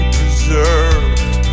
preserved